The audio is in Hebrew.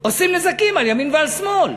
עושים נזקים על ימין ועל שמאל.